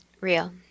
Real